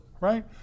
Right